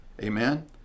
Amen